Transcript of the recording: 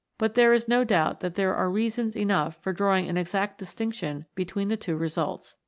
but there is no doubt that there are reasons enough for drawing an exact distinction between the two results.